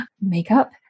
makeup